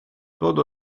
todo